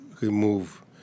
remove